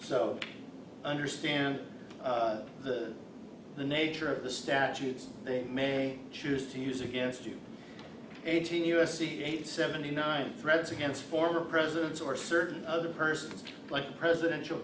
i understand the nature of the statutes they may choose to use against you eighteen u s c eight seventy nine threats against former presidents or certain other persons like a presidential